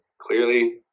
clearly